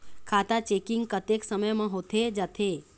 खाता चेकिंग कतेक समय म होथे जाथे?